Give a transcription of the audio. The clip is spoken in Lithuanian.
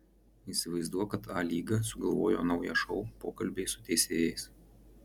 įsivaizduok kad a lyga sugalvoja naują šou pokalbiai su teisėjais